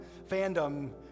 fandom